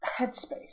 headspace